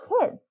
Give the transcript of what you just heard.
kids